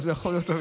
אבל זה יכול להיות,